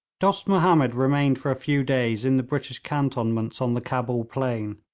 dost mahomed remained for a few days in the british cantonments on the cabul plain,